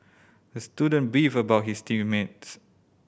the student beefed about his team mates